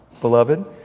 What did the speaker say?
Beloved